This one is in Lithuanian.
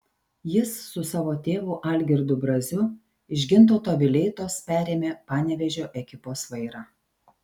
jis su savo tėvu algirdu braziu iš gintauto vileitos perėmė panevėžio ekipos vairą